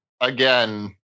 again